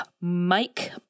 Mike